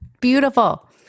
Beautiful